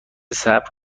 صبر